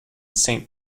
saint